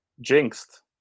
Jinxed